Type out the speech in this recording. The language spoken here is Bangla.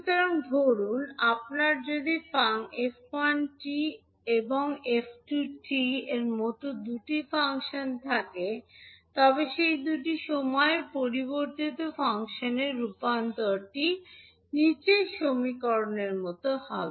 সুতরাং ধরুন আপনার যদি f1 𝑡 এবং 𝑓2 𝑡 এর মতো দুটি ফাংশন থাকে তবে সেই দুটি সময়ের পরিবর্তিত ফাংশনের ল্যাপ্লেস রূপান্তরটি হল